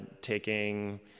taking